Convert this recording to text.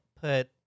put